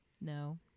No